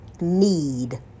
need